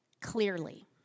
clearly